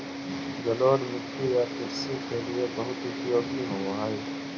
जलोढ़ मिट्टी या कृषि के लिए बहुत उपयोगी होवअ हई